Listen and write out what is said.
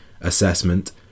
assessment